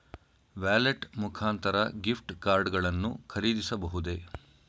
Wallet ಮುಖಾಂತರ gift card ಗಳನ್ನು ಖರೀದಿಸಬಹುದೇ?